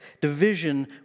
division